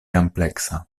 ampleksa